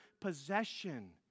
possession